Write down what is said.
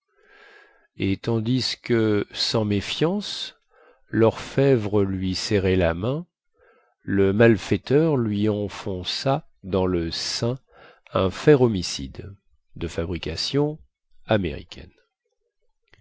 et tandis que sans méfiance lorfèvre lui serrait la main le malfaiteur lui enfonça dans le sein un fer homicide